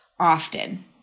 often